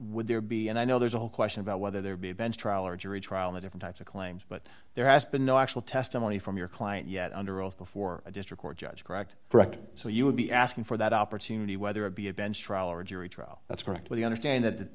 would there be and i know there's a whole question about whether there'd be a bench trial or a jury trial the different types of claims but there has been no actual testimony from your client yet under oath before a just record judge correct correct so you would be asking for that opportunity whether it be a bench trial or a jury trial that's perfectly understand that